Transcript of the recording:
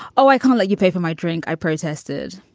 oh, i can't let you pay for my drink! i protested.